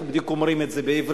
או איך שאומרים את זה בעברית.